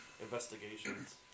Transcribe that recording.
investigations